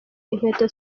inkweto